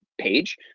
page